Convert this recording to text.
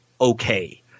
okay